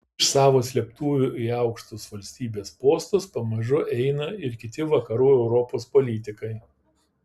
iš savo slėptuvių į aukštus valstybės postus pamažu eina ir kiti vakarų europos politikai